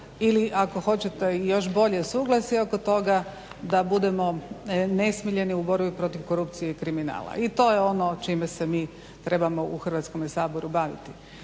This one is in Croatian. ili ako hoćete još bolje suglasje oko toga da budemo nesmiljeni u borbi protiv korupcije i kriminala. I to je ono čime se mi trebamo u Hrvatskome saboru baviti.